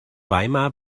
weimar